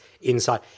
inside